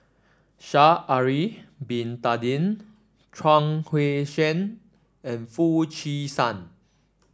Sha'ari Bin Tadin Chuang Hui Tsuan and Foo Chee San